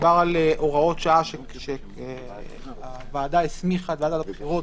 מדובר על הוראות שעה שהוועדה הסמיכה את ועדת הבחירות